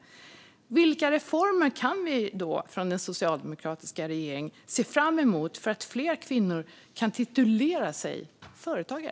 Vilka reformer kan vi se fram emot från den socialdemokratiska regeringen för att fler kvinnor ska kunna titulera sig företagare?